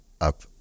up